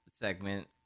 segment